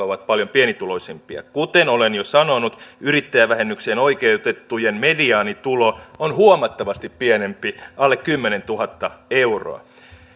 ovat paljon pienituloisempia kuten olen jo sanonut yrittäjävähennykseen oikeutettujen mediaanitulo on huomattavasti pienempi alle kymmenentuhatta euroa